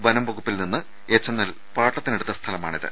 വനം വകുപ്പിൽ നിന്ന് എച്ച് എൻ എൽ പാട്ടത്തിനെടുത്ത സ്ഥലമാ ണിത്